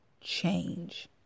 change